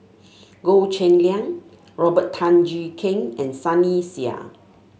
Goh Cheng Liang Robert Tan Jee Keng and Sunny Sia